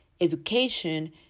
education